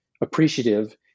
appreciative